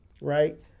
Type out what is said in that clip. right